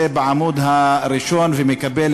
אנחנו נרתמים למאבק הזה נגד הסרטן הזה בגוף החברה שגובה,